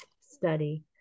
study